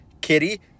kitty